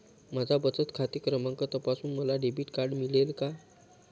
माझा बचत खाते क्रमांक तपासून मला डेबिट कार्ड मिळेल का?